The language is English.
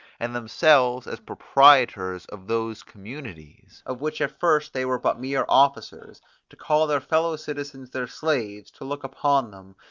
and themselves as proprietors of those communities, of which at first they were but mere officers to call their fellow-citizens their slaves to look upon them,